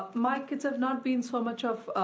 my kids have not been so much of